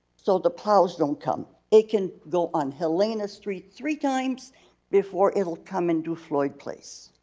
so the plows don't come. it can go on helena street three times before it'll come into floyd place.